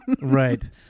right